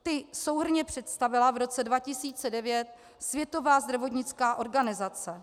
Ty souhrnně představila v roce 2009 Světová zdravotnická organizace.